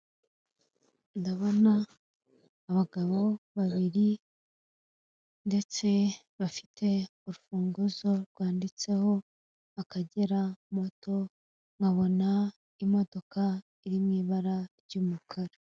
Ndabona abagabo babiri ndetse bafite urufunguzo rwanditseho Akagera moto, nkabona imodoka iri mw'ibara ry'umukara.